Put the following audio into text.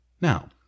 Now